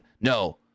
No